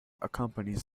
accompanies